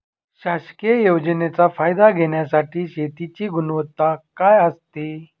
शासकीय योजनेचा फायदा घेण्यासाठी शेतीची गुणवत्ता काय असते?